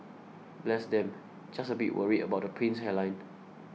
bless them just a bit worried about the prince's hairline